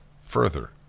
further